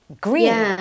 green